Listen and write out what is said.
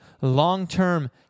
long-term